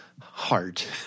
heart